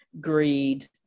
greed